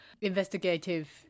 investigative